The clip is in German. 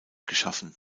geschaffen